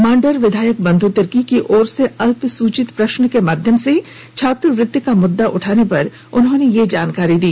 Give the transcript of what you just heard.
मांडर विधायक बन्ध् तिर्की की ओर से अल्पसूचित प्रश्न के माध्यम से छात्रवृत्ति का मुद्दा उठाने पर यह जानकारी दी